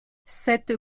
cette